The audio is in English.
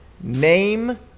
Name